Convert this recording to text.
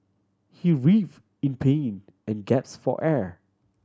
he writhe in pain and gaps for air